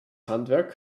handwerk